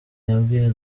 yabwiye